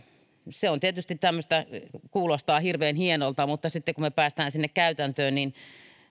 se on tietysti tämmöistä mikä kuulostaa hirveän hienolta mutta sitten kun me pääsemme sinne käytäntöön niin